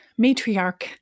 matriarch